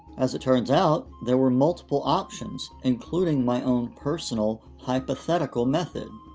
as it turns out, there were multiple options, including my own personal hypothetical method.